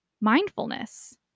mindfulness